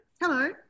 Hello